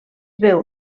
veu